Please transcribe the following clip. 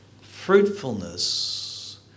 Fruitfulness